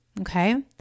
Okay